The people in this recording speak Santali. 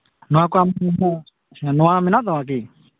ᱱᱚᱣᱟ ᱠᱚ ᱱᱚᱣᱟ ᱢᱮᱱᱟᱜ ᱛᱟᱢᱟ ᱠᱤ